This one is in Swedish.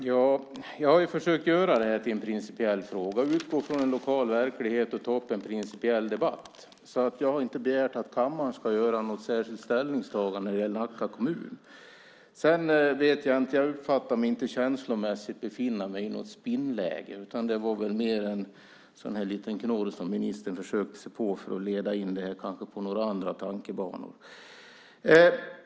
Fru talman! Jag har försökt att göra detta till en principiell fråga genom att utgå från en lokal verklighet och ta upp en principiell debatt. Jag har inte begärt att kammaren ska göra något särskilt ställningstagande när det gäller Nacka kommun. Jag uppfattar inte att jag känslomässigt befinner mig i något spinnläge. Det var väl mer en liten knorr som ministern försökte sig på för att kanske leda in detta på några andra tankebanor.